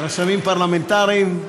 רשמים פרלמנטריים,